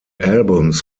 albums